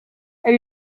elle